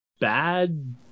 bad